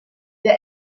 der